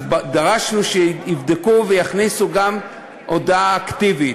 דרשנו שיבדקו ויכניסו גם הודעה אקטיבית.